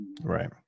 right